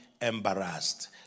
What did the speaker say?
embarrassed